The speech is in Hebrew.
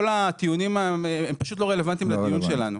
הטיעונים פשוט לא רלוונטיים לדיון שלנו.